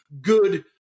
good